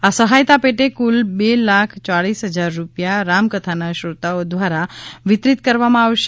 આ સહાયતા પેટે કુલ બે લાખ યાલીસ હજાર રૂપિયા રામકથાના શ્રીતઓ દ્વારા વિતરિત કરવામાં આવશે